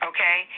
Okay